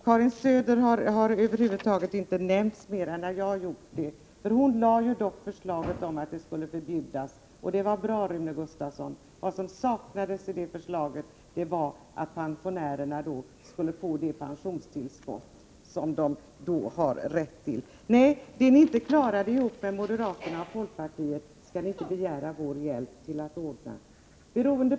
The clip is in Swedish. Karin Söder har över huvud taget inte nämnts mer än när jag har gjort det — hon lade dock fram förslaget om att utträde skulle förbjudas, och det var bra, Rune Gustavsson. Vad som saknades i det förslaget var förändringen att pensionärerna skulle få det pensionstillskott som de då har rätt till. Det ni inte klarade ihop med moderaterna och folkpartiet skall ni inte begära vår hjälp med att ordna.